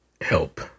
help